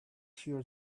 here